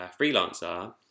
freelancer